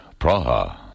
Praha